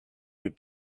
would